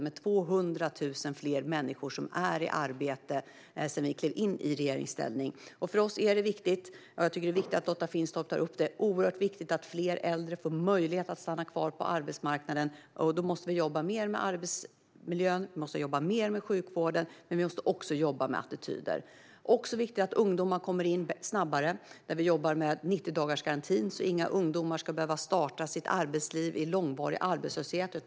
Sedan vi kom i regeringsställning är 200 000 fler i arbete. För oss är det viktigt. Och det är bra att Lotta Finstorp tar upp det. Det är viktigt att fler äldre får möjlighet att stanna kvar på arbetsmarknaden. Då måste vi jobba mer med arbetsmiljön och med sjukvården, men vi måste också jobba med attityder. Det är även viktigt att ungdomar kommer in snabbare på arbetsmarknaden. Vi jobbar med 90-dagarsgarantin, så att inga ungdomar ska behöva starta arbetslivet i långvarig arbetslöshet.